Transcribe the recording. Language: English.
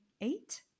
eight